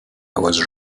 was